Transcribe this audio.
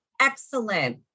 excellent